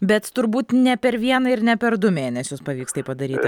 bet turbūt ne per vieną ir ne per du mėnesius pavyks tai padaryti